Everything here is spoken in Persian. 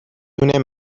دونه